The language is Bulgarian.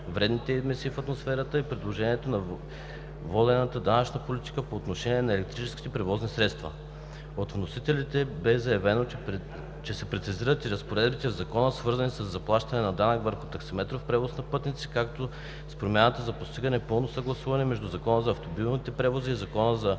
вредните емисии в атмосферата и продължаване на водената данъчна политика по отношение на електрическите превозни средства. От вносителите бе заявено, че се прецизират и разпоредбите в Закона, свързани със заплащане на данък върху таксиметров превоз на пътници, като с промяната се постига пълно съгласуване между Закона за автомобилните превози и Закона за